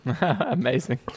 Amazing